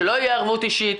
שלא תהיה ערבות אישית,